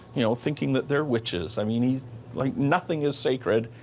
you know, thinking that they're witches. i mean, he's like, nothing is sacred.